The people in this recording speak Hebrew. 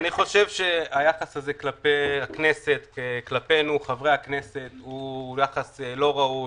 אני חושב שהיחס הזה כלפי הכנסת וכלפי חברי הכנסת הוא יחס לא ראוי,